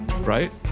right